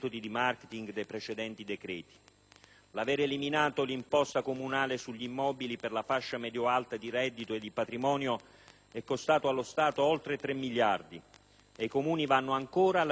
L'avere eliminato l'imposta comunale sugli immobili per la fascia medio-alta di reddito e di patrimonio è costato allo Stato oltre tre miliardi ed i Comuni vanno ancora alla ricerca delle risorse perdute.